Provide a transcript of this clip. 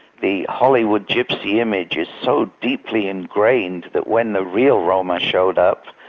the hollywood gypsy image is so deeply ingrained, but when the real roma showed up,